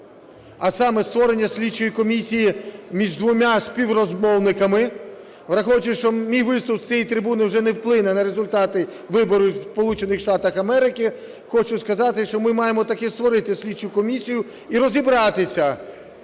а саме: створення слідчої комісії між двома співрозмовниками. Враховуючи, що мій виступ з цієї трибуни вже не вплине на результати виборів у Сполучених Штатах Америки, хочу сказати, що ми маємо таки створити слідчу комісію і розібратися,